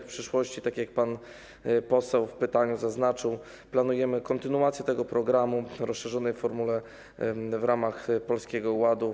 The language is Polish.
W przyszłości, tak jak pan poseł w pytaniu zaznaczył, planujemy kontynuację tego programu w rozszerzonej formule w ramach Polskiego Ładu.